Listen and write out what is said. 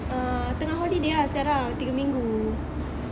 ah tengah holiday ah sekarang tiga minggu